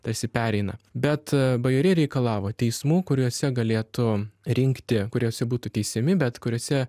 tarsi pereina bet bajorija reikalavo teismų kuriuose galėtų rinkti kuriuose būtų teisiami bet kuriuose